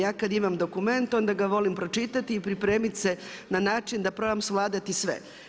Ja kad imam dokument onda ga volim pročitati i pripremiti se na način da probam svladati sve.